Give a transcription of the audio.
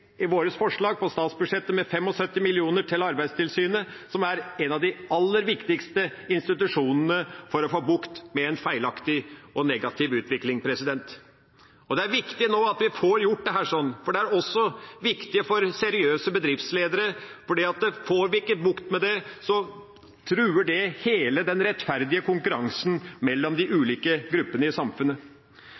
vårt forslag til statsbudsjett økt bevilgninga med 75 mill. kr til Arbeidstilsynet, som er en av de aller viktigste institusjonene for å få bukt med en feilaktig og negativ utvikling. Det er viktig at vi nå får gjort dette. Det er også viktig for seriøse bedriftsledere, for får vi ikke bukt med det, truer det hele den rettferdige konkurransen mellom de ulike gruppene i samfunnet.